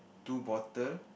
two bottle